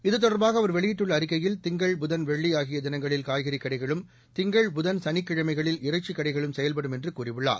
இத்தொடர்பாக அவர் வெளியிட்டுள்ள அறிக்கையில் திங்கள் புதன் வெள்ளி ஆகிய தினங்களில் காய்கறிக் கடைகளும் திங்கள் புதன் சனிக்கிழமைகளில் இறைச்சிக் கடைகளும் செயல்படும் என்று கூறியுள்ளார்